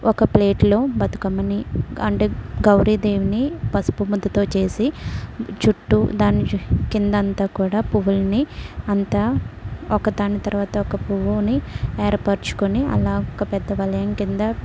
ఒక ప్లేట్లో బతుకమ్మని అంటే గౌరీదేవిని పసుపు ముద్దతో చేసి చుట్టూ దాని కిందంతా కూడా పువ్వులని అంతా ఒకదాని తర్వాత ఒక పువ్వుని ఏర్పరచుకొని అలా ఒక పెద్ద వలయం కింద